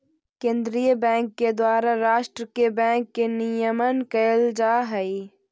केंद्रीय बैंक के द्वारा राष्ट्र के बैंक के नियमन कैल जा हइ